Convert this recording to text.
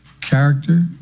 character